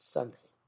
Sunday